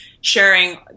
sharing